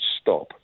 stop